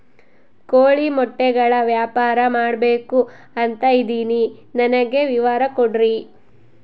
ಕೋಳಿ ಮೊಟ್ಟೆಗಳ ವ್ಯಾಪಾರ ಮಾಡ್ಬೇಕು ಅಂತ ಇದಿನಿ ನನಗೆ ವಿವರ ಕೊಡ್ರಿ?